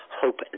hope